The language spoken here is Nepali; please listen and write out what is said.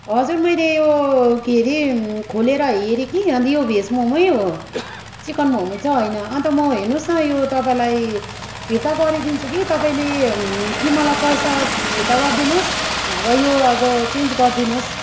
हजुर मैले यो के अरे खोलेर हेरेँ कि अन्त यो भेज मोमै हो चिकन मोमो चाहिँ होइन अन्त म हेर्नुहोस् न यो तपाईँलाई फिर्ता गरिदिन्छु कि तपाईँले कि मलाई पैसा फिर्ता गरिदिनुहोस् नभए यो अब चेन्ज गरिदिनुहोस्